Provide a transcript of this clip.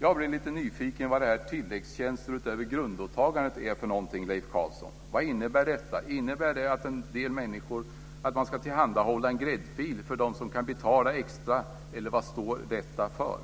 Jag blir lite nyfiken på vad tilläggstjänster utöver grundåtagandet är för någonting, Leif Carlson. Vad innebär detta? Innebär det att man ska tillhandahålla en gräddfil för dem som kan betala extra, eller vad står detta för?